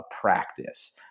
practice